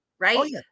Right